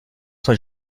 sont